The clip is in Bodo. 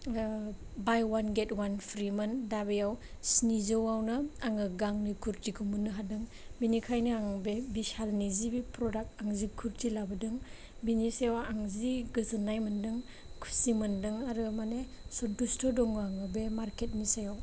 बाय वान गेट वान फ्रिमोन दा बेयाव स्निजौआवनो आङो गानै कुर्टिखौ मोननो हादों बेनिखायनो आङो बे बिशालनि जि प्रडाक्ट आं जि कुर्टि लाबोदों बेनि सायाव आङो जि गोजोन्नाय मोन्दों खुसि मोन्दों आरो मानि सन्तसथ' दङ आङो बे मार्केटनि सायाव